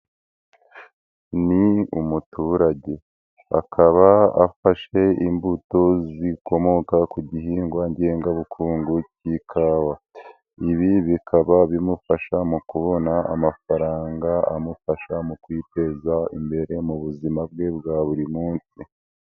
Ni umuturage akaba afashe imbuto zikomoka ku gihingwa ngengabukungu k'ikawa, ibi bikaba bimufasha mu kubona amafaranga amufasha mu kwiteza imbere mu buzima bwe bwa buri munsi.